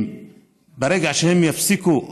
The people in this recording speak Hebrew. ברגע שהם יפסיקו להרוויח,